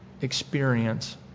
experience